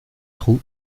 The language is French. trou